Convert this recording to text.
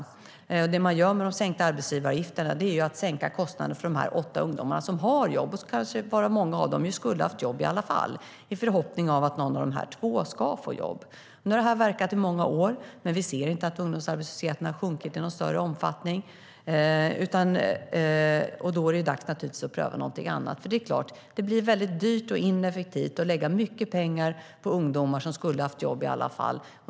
Med sänkta arbetsgivaravgifterna sänker man kostnaden för de åtta ungdomarna som har jobb - och många av dem skulle kanske ha haft jobb i alla fall - i förhoppning om att någon av de två ska få jobb. Nu har den sänkta arbetsgivaravgiften verkat i många år, men vi ser inte att ungdomsarbetslösheten har sjunkit i någon större omfattning. Då är det naturligtvis dags att pröva någonting annat. Det blir väldigt dyrt och ineffektivt att lägga mycket pengar på ungdomar som skulle ha haft jobb i alla fall.